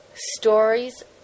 Stories